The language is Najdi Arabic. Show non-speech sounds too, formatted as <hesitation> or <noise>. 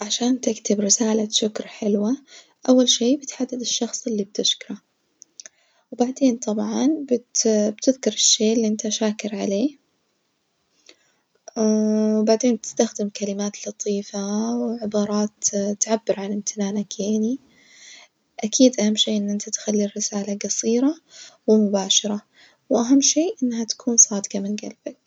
عشان تكتب رسالة شكر حلوة أول شي بتحدد الشخص اللي بتشكره وبعدين طبعًا بت بتذكر الشي اللي إنت شاكر عليه، <hesitation> وبعدين بتستخدم كلمات لطيفة وعبارات تعبر عن إمتنانك يعني، أكيد أهم شي انق إنت تخلي الرسالة جصيرة ومباشرة، وأهم شي إنها تكون صادجة ومن جلبك.